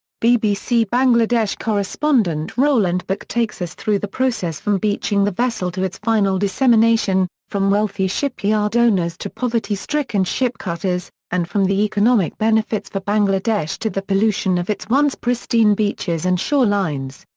bbc bangladesh correspondent roland buerk takes us through the process-from beaching the vessel to its final dissemination, from wealthy shipyard owners to poverty-stricken ship cutters, and from the economic benefits for bangladesh to the pollution of its once pristine beaches and shorelines.